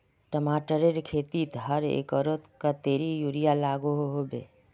टमाटरेर खेतीत हर एकड़ोत कतेरी यूरिया लागोहो होबे?